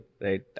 right